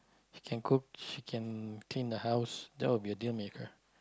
can cook can clean the house that would be a dealmaker